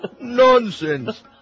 Nonsense